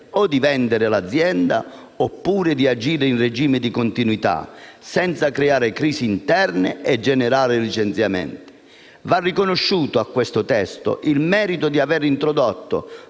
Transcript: o di vendere l'azienda oppure di agire in regime di continuità, senza creare crisi interne e generare licenziamenti. Va riconosciuto a questo testo il merito di aver introdotto